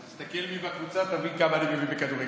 תסתכל מי בקבוצה, תבין כמה אני מבין בכדורגל.